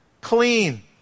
clean